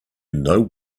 know